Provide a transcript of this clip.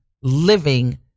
living